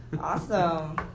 Awesome